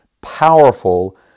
powerful